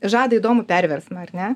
žada įdomų perversmą ar ne